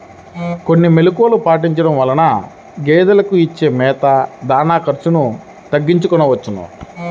కొన్ని మెలుకువలు పాటించడం వలన గేదెలకు ఇచ్చే మేత, దాణా ఖర్చు తగ్గించుకోవచ్చును